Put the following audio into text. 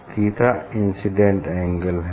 theta incident angle है